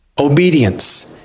Obedience